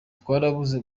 twarabuze